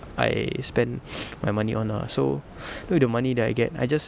I spend my money on lah so you know the money that I get I just